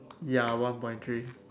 ya one point three